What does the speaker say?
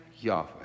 Yahweh